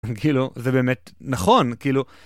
כאילו זה באמת נכון כאילו.